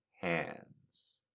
hands